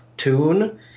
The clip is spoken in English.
tune